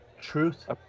Truth